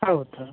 ಹೌದು